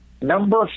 number